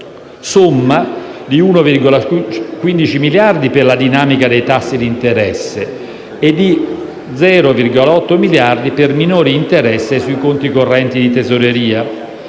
(somma di 1,15 miliardi per la dinamica dei tassi di interesse e di 0,8 miliardi per minori interessi sui conti correnti di tesoreria),